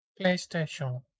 PlayStation